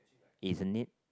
isn't it